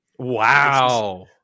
Wow